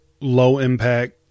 low-impact